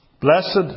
Blessed